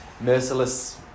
merciless